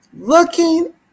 looking